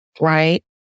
Right